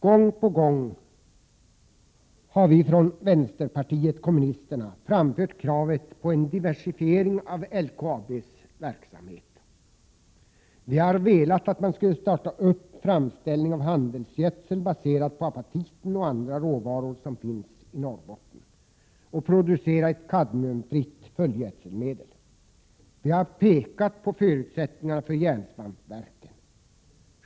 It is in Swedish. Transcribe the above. Gång på gång har vi från vänsterpartiet kommunisterna framfört kravet på en diversifiering av LKAB:s verksamhet. Vi har velat att man skulle starta framställning av handelsgödsel, baserad på apatiten och andra råvaror som finns i Norrbotten, och producera ett kadmiumfritt fullgödselmedel. Vi har pekat på förutsättningarna för järnsvampsverken.